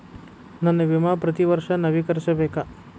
ನನ್ನ ವಿಮಾ ಪ್ರತಿ ವರ್ಷಾ ನವೇಕರಿಸಬೇಕಾ?